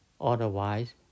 Otherwise